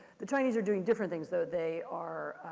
the chinese are doing different things though. they are,